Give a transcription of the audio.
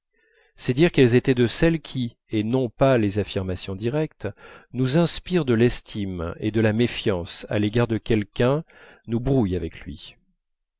degré c'est-à-dire qu'elles étaient celles qui et non pas les affirmations directes nous inspirent de l'estime ou de la méfiance à l'égard de quelqu'un nous brouillent avec lui